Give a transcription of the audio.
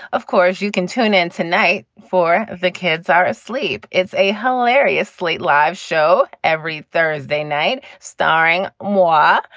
of course, you can tune in tonight for the kids are asleep. it's a hilarious slate live show every thursday night starring moi.